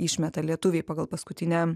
išmeta lietuviai pagal paskutinę